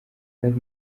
safi